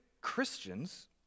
Christians